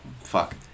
Fuck